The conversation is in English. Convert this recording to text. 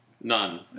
None